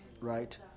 right